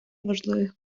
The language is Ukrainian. важливих